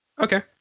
Okay